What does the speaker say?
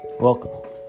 Welcome